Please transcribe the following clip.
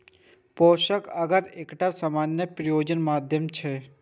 पोषक अगर एकटा सामान्य प्रयोजन माध्यम छियै